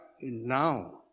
now